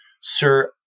Sir